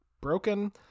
broken